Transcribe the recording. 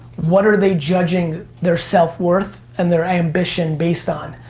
what are they judging their self worth and their ambition based on?